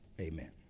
Amen